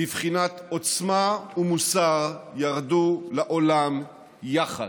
בבחינת עוצמה ומוסר ירדו לעולם יחד.